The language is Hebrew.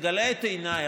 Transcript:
תגלה את עיניי,